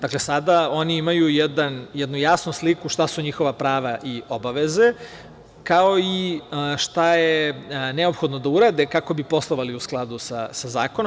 Dakle, oni sada imaju jednu jasnu sliku šta su njihove prave i obaveze, kao i šta je neophodno da urade kako bi poslovali u skladu sa zakonom.